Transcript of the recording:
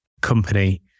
company